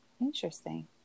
Interesting